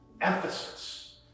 emphasis